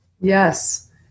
Yes